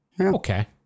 okay